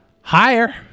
Higher